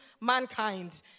mankind